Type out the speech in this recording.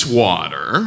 water